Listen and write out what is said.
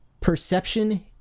perception